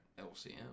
LCM